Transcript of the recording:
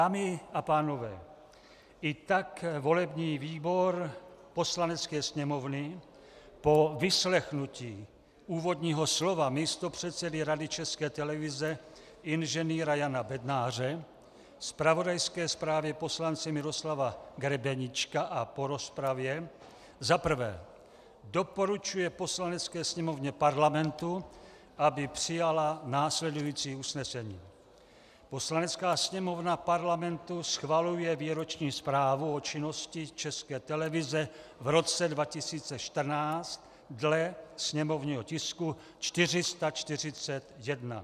Dámy a pánové, i tak volební výbor Poslanecké sněmovny po vyslechnutí úvodního slova místopředsedy Rady České televize inženýra Jana Bednáře, zpravodajské zprávě poslance Miroslava Grebeníčka a po rozpravě za prvé doporučuje Poslanecké sněmovně Parlamentu, aby přijala následující usnesení: Poslanecká sněmovna Parlamentu schvaluje Výroční zprávu o činností České televize v roce 2014 dle sněmovního tisku 441;